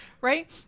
Right